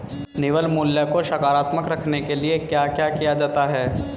निवल मूल्य को सकारात्मक रखने के लिए क्या क्या किया जाता है?